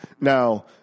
now